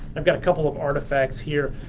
i've got a couple of artifacts here.